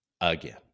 again